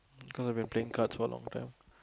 because I've been playing cards for a long time